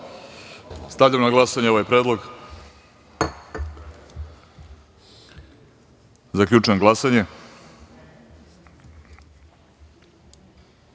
Stavljam na glasanje ovaj predlog. Zaključujem glasanje: